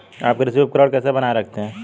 आप कृषि उपकरण कैसे बनाए रखते हैं?